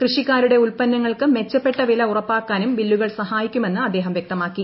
കൃഷിക്കാരുടെ ഉൽപ്പന്നങ്ങൾക്ക് മെച്ചപ്പെട്ട വില ഉറപ്പാക്കാനും ബില്ലുകൾ സഹായിക്കുമെന്ന് അദ്ദേഹം വ്യക്തമാക്കി